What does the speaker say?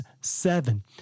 seven